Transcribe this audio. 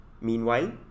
Meanwhile